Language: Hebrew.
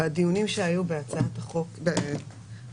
בדיונים שהיו בהצעת החוק ב-2018,